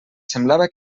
semblava